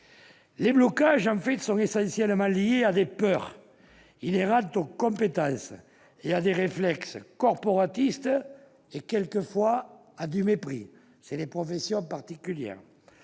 Les blocages sont essentiellement liés à des peurs inhérentes aux compétences, à des réflexes corporatistes et quelquefois à du mépris. Ce sont des professions particulières